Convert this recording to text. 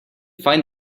find